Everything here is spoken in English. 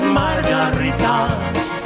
margaritas